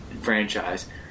franchise